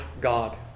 God